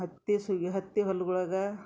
ಹತ್ತಿ ಸುಗಿ ಹತ್ತಿ ಹೊಲ್ಗುಳಾಗ